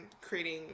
creating